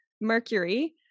mercury